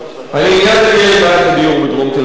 העניין הוא לא בעיית הדיור בדרום תל-אביב.